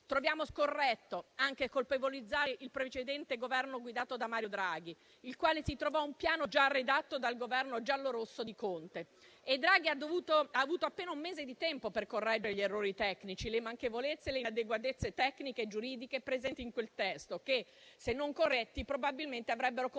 Troviamo scorretto anche colpevolizzare il precedente Governo guidato da Mario Draghi, il quale si trovò un piano già redatto dal Governo giallorosso di Conte. Draghi ha avuto appena un mese di tempo per correggere gli errori tecnici, le manchevolezze e le inadeguatezze tecniche e giuridiche presenti in quel testo che, se non corretti, probabilmente ci avrebbero condotti